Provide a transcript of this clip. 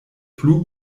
plu